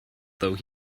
though